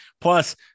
plus